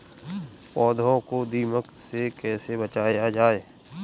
पौधों को दीमक से कैसे बचाया जाय?